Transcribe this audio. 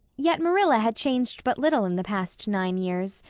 yet marilla had changed but little in the past nine years,